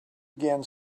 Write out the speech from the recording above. again